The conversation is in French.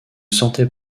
sentais